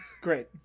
Great